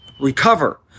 recover